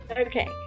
Okay